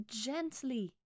gently